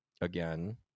again